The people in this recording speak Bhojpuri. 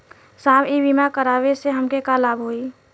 साहब इ बीमा करावे से हमके का लाभ होई?